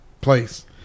place